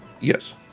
Yes